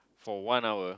for one hour